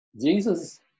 Jesus